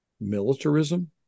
militarism